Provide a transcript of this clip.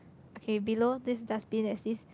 okay below this dustbin there's this